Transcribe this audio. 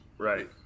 Right